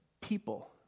people